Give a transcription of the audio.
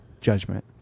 judgment